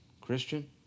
Christian